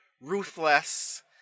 Ruthless